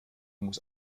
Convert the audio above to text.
muss